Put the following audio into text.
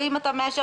ואם אתה מאשר,